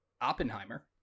Oppenheimer